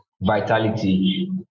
vitality